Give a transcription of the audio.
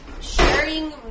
sharing